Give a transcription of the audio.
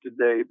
today